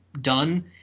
done